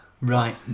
Right